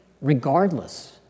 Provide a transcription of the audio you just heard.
regardless